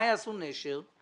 מה יעשו "נשר"?